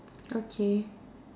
okay